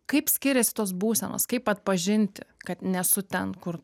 kaip skiriasi tos būsenos kaip atpažinti kad nesu ten kur